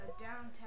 downtown